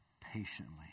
patiently